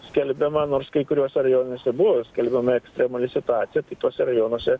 skelbiama nors kai kuriuose rajonuose buvo skelbiama ekstremali situacija tai tuose rajonuose